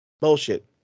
Bullshit